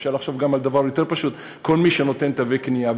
אפשר לחשוב גם על דבר יותר פשוט: כל מי שנותן תווי קנייה,